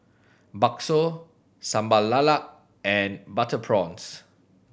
bakso Sambal Lala and butter prawns